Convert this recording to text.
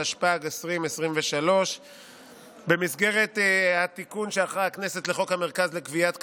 התשפ"ג 2023. במסגרת התיקון שערכה הכנסת לחוק המרכז לגביית קנסות,